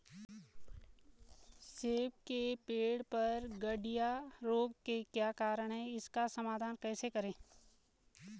सेब के पेड़ पर गढ़िया रोग के क्या कारण हैं इसका समाधान कैसे करें?